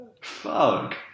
fuck